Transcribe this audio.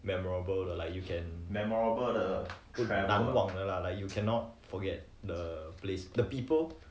memorable 的 like you can 难忘的 lah like you cannot forget the place the people